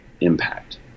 impact